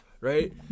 Right